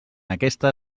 aquesta